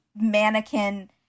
Mannequin